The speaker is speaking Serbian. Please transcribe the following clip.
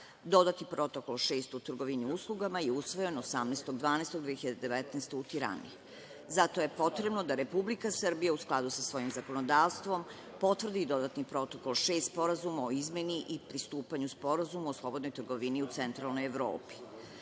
Protokol 6. u trgovini uslugama je usvojen 18.12.2019. godine u Tirani. Zato je potrebno da Republika Srbija u skladu sa svojim zakonodavstvom potvrdi i dodatni Protokol 6. Sporazuma o izmeni i pristupanju Sporazuma o slobodnoj trgovini u centralnoj